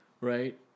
Right